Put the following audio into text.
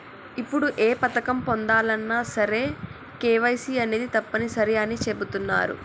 ఇప్పుడు ఏ పథకం పొందాలన్నా సరే కేవైసీ అనేది తప్పనిసరి అని చెబుతున్నరు